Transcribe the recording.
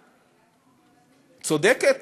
צודקת.